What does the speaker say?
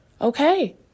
okay